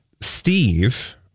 Steve